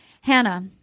Hannah